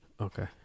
okay